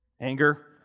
anger